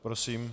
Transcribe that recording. Prosím.